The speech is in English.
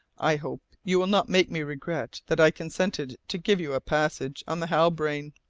i hope you will not make me regret that i consented to give you a passage on the halbrane.